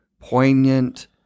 poignant